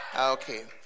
okay